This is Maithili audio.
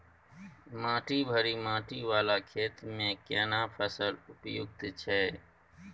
माटी भारी माटी वाला खेत में केना फसल उपयुक्त छैय?